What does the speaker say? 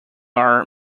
are